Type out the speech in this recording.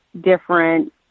different